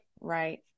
right